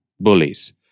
bullies